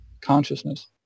consciousness